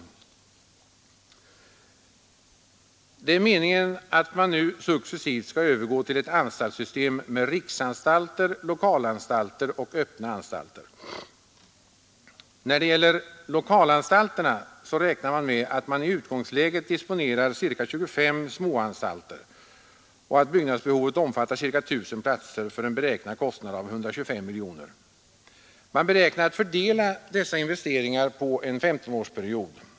Det är meningen att man nu successivt skall övergå till ett anstaltssystem med riksanstalter, lokalanstalter och öppna anstalter. När det gäller lokalanstalterna räknar man med att i utgångsläget disponera ca 25 småanstalter och att byggnadsbehovet omfattar ca 1 000 platser för en beräknad kostnad av 125 miljoner. Man beräknar att fördela dessa investeringar på en 15-årsperiod.